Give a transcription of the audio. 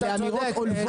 מדיניות.